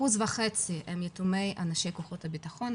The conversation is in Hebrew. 1.5% הם יתומי אנשי כוחות הביטחון,